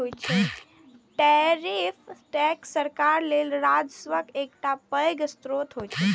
tariff tax सरकार लेल राजस्वक एकटा पैघ स्रोत होइ छै